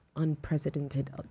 Unprecedented